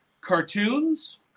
cartoons